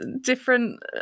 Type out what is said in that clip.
different